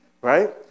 Right